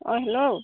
অঁ হেল্ল'